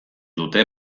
dute